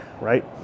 right